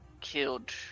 killed